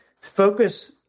focus